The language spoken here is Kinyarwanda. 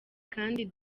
kandi